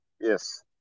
Yes